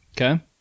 Okay